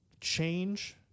change